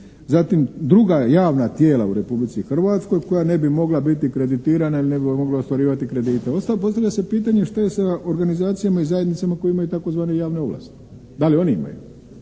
zatim druga javna tijela u Republici Hrvatskoj koja ne bi mogla biti kreditirana ili ne bi mogla ostvarivati kredite. Postavlja se pitanje šta je sa organizacijama i zajednicama koje imaju tzv. javne ovlasti. Da li one imaju?